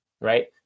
right